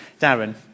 Darren